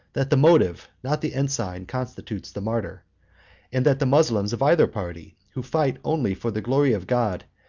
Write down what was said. that the motive, not the ensign, constitutes the martyr and that the moslems of either party, who fight only for the glory of god,